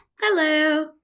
Hello